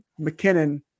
McKinnon